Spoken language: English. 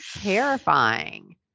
terrifying